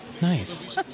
Nice